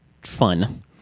fun